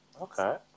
okay